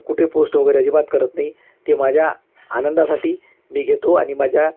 कुठे पोस्ट वगैरे अजिबात करत नाही ते माझ्या आनंदासाठी मी घेतो आणि माझ्या